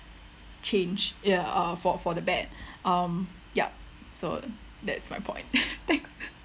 change ya uh for for the bad um yup so that's my point thanks